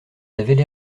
avaient